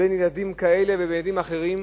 בין ילדים כאלה וילדים אחרים,